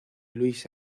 louis